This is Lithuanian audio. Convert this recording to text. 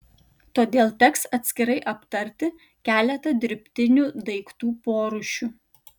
todėl teks atskirai aptarti keletą dirbtinių daiktų porūšių